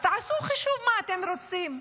אז תעשו חישוב מה אתם רוצים,